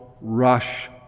rush